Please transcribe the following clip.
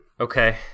Okay